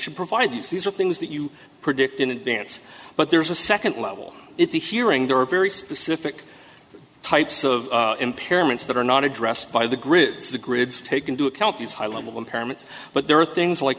should provide these these are things that you predict in advance but there's a second level at the hearing there are very specific types of impairments that are not addressed by the grid so the grids take into account these high level impairments but there are things like